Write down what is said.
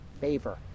favor